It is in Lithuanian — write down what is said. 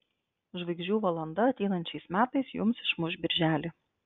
žvaigždžių valanda ateinančiais metais jums išmuš birželį